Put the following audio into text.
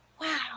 wow